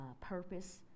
purpose